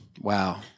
Wow